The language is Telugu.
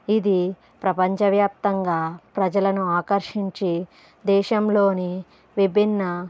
ఇది ప్రపంచ వ్యాప్తంగా ప్రజలను ఆకర్షించి దేశంలోని విభిన్న